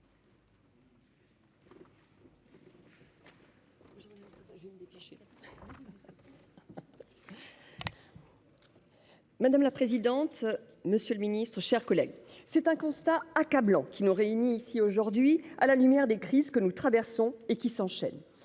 Madame la présidente. Monsieur le Ministre, chers collègues. C'est un constat accablant qui nous réunit ici aujourd'hui à la lumière des crises que nous traversons et qui s'enchaînent.